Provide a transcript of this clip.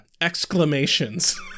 exclamations